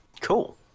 cool